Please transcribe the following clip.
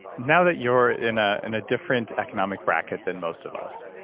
now that you're in ah in a different economic bracket than most of us,